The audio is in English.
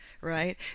right